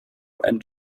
and